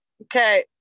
okay